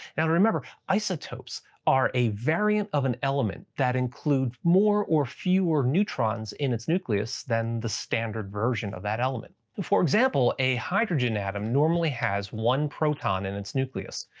now to remember, isotopes are a variant of an element that include more or fewer neutrons in its nucleus than the standard version of that element. for example, a hydrogen atom normally has one proton in its nucleus.